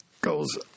goes